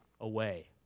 away